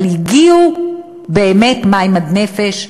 אבל באמת הגיעו מים עד נפש,